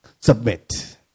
submit